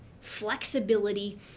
flexibility